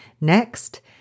Next